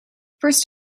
first